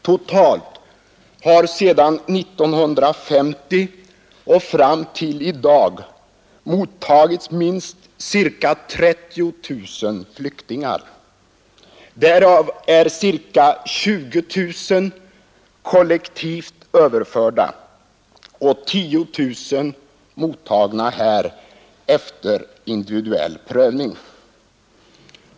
Totalt har sedan 1950 och fram till i dag mottagits minst ca 30 000 flyktingar. Därav är ca 20 000 kollektivt överförda och 10 000 mottagna här efter individuell prövning.